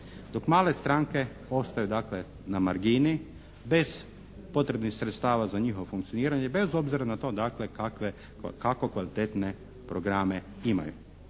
dok male stranke ostaju dakle na margini bez potrebnih sredstava za njihovo funkcioniranje, bez obzira na to dakle kako kvalitetne programe imaju.